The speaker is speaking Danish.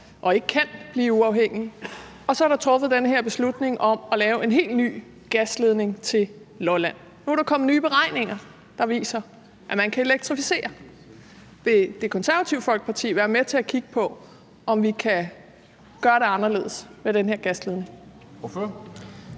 som ikke kan blive uafhængige. Og så er der truffet den her beslutning om at lave en helt ny gasledning til Lolland. Nu er der kommet nye beregninger, der viser, at man kan elektrificere. Vil Det Konservative Folkeparti være med til at kigge på, om vi kan gøre det anderledes med den her gasledning?